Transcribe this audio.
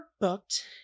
booked